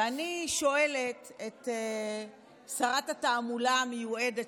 ואני שואלת את שרת התעמולה המיועדת,